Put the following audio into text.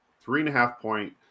three-and-a-half-point